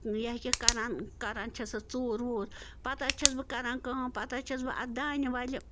تہٕ یہِ ہَہ یہِ کَران کَران چھَسَس ژوٗر ووٗر پتہٕ حظ چھَس بہٕ کَران کٲم پتہٕ حظ چھَس بہٕ اَتھ دانہِ وَلہِ